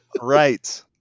Right